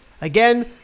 again